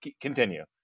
Continue